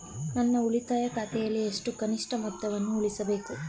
ನನ್ನ ಉಳಿತಾಯ ಖಾತೆಯಲ್ಲಿ ಎಷ್ಟು ಕನಿಷ್ಠ ಮೊತ್ತವನ್ನು ಉಳಿಸಬೇಕು?